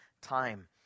time